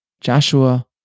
Joshua